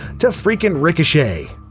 to freakin' ricochet.